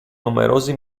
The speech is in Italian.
numerosi